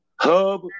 hub